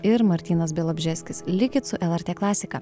ir martynas bialobžeskis likit su lrt klasika